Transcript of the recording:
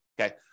Okay